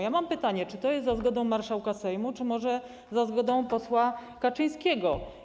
Ja mam pytanie: Czy to jest za zgodą marszałka Sejmu czy może za zgodą posła Kaczyńskiego?